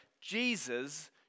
Jesus